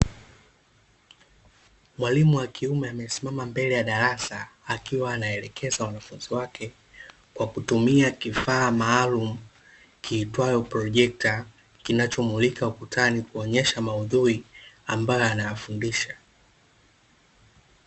Mwalimu wa kiume amesimama mbele ya darasa, akiwa anaelekeza wanafunzi wake, kwa kutumia kifaa maalumu kiitwacho projekta, kinachomulika ukutani ili kuonesha maudhui ambayo anayafundisha.